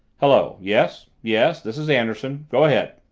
hello yes yes this is anderson go ahead.